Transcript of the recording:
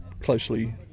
closely